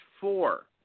four